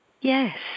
Yes